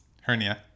hernia